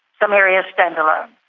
some areas stand alone.